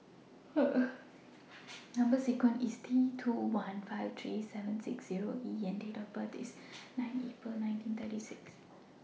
Number sequence IS T two one five three seven six Zero E and Date of birth IS nine April nineteen thirty six